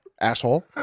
asshole